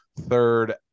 third